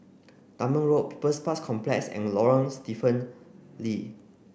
Dunman Road People's Parks Complex and Lorong Stephen Lee